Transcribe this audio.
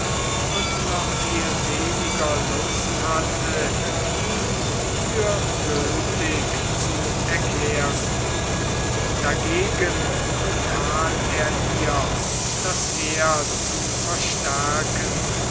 und noch viel weniger lust hatte ihn für gültig zu erklären dagegen befahl er ihr das heer zu verstärken